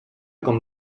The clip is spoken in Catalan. com